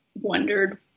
wondered